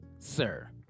sir